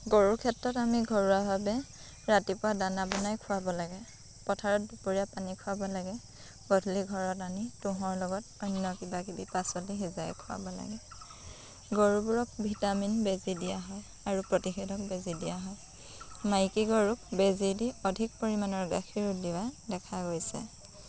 গৰুৰ ক্ষেত্ৰত আমি ঘৰুৱাভাৱে ৰাতিপুৱা দানা বনাই খুৱাব লাগে পথাৰত দুপৰীয়া পানী খুৱাব লাগে গধূলি ঘৰত আনি তুঁহৰ লগত অন্য কিবা কিবি পাচলি সিজাই খুৱাব লাগে গৰুবোৰক ভিটামিন বেজী দিয়া হয় আৰু প্ৰতিষেধক বেজী দিয়া হয় মাইকী গৰুক বেজি দি অধিক পৰিমাণৰ গাখীৰ উলিওৱা দেখা গৈছে